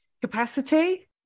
Capacity